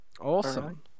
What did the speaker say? Awesome